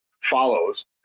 follows